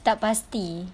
tak pasti